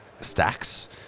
stacks